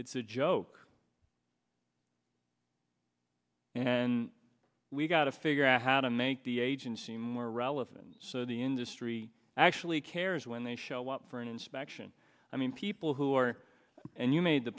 it's a joke and we've got to figure out how to make the agency more relevant so the industry actually cares when they show up for an inspection i mean people who are and you made the